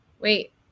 wait